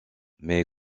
mais